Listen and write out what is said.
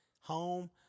Home